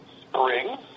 spring